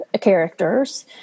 characters